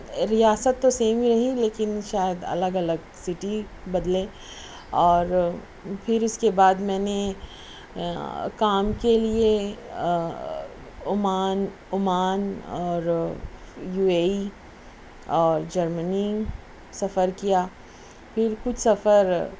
ریاست تو سیم ہی رہی لیکن شاید الگ الگ سٹی بدلے اور پھر اس کے بعد میں نے کام کے لیے عمان عمان اور یو اے ای اور جرمنی سفر کیا پھر کچھ سفر